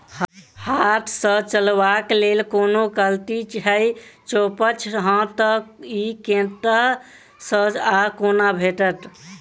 हाथ सऽ चलेबाक लेल कोनों कल्टी छै, जौंपच हाँ तऽ, इ कतह सऽ आ कोना भेटत?